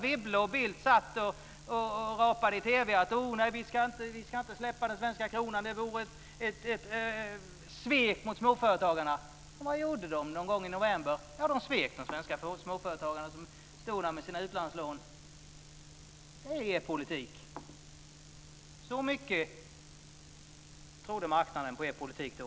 Wibble och Bild rapade i TV att man inte skulle släppa den svenska kronan och att det vore ett svek mot småföretagarna. Och vad gjorde de någon gång i november? Jo, de svek de svenska småföretagarna som stod där med sina utlandslån. Det är er politik. Så mycket trodde marknaden på er politik då.